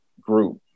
group